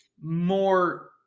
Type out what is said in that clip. more